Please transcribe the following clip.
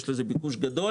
יש לזה ביקוש גדול.